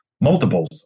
multiples